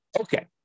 Okay